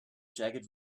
jagged